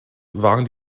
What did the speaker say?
waren